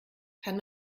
kann